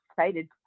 excited